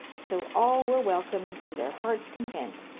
so all were welcomed to their hearts' content,